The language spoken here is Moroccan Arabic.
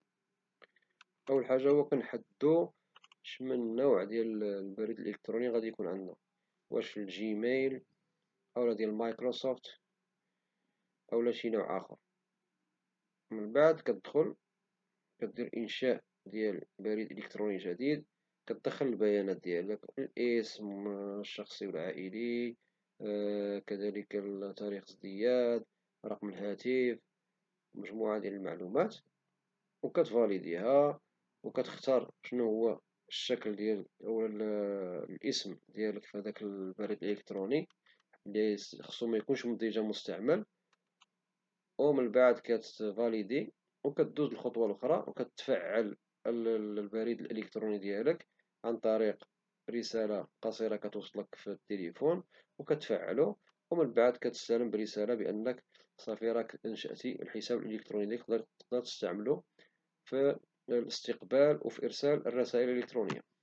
أولا هو خصنا نحددو شمن نوع ديال البريد الإلكروني غيكون عندنا واش ديال الجيميل أو الميكروسوفت أو لا شي نوع آخر من بعد كدخل كدير انشاء ديال بريد إلكتروني جديد كدخل البيانات ديالك بحال الاسم الشخصي والعائلي وكذلك تاريخ الازدياد رقم الهاتف ومجموعة ديال المعلومات وكتفايديها وكتختار شناهو الشكل ديال الاسم ديال البريد الالكتروني لي خصو ميكونش ديجا مستعمل ومن بعد كتفاليدي وكتدوز الخطوة الاخرى وكتفعل البريد الالكتروني ديالك عن طريق رسالة قصيرة كتوصلك في التيليفون وكتفعلو ومن بعد كتستلم رسالة بأنك صافي راك نشأت حساب إلكتروني وتقدر تستعملو في استقبال وفي ارسال الرسائل الالكترونية.